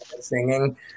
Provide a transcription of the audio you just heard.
singing